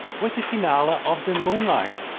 with the finale of the moonlight.